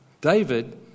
David